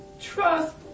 trust